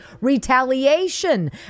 retaliation